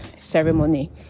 ceremony